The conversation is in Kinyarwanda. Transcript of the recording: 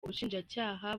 ubushinjacyaha